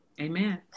Amen